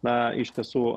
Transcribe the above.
na iš tiesų